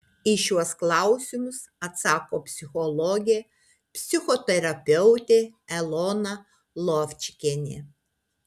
į šiuos klausimus atsako psichologė psichoterapeutė elona lovčikienė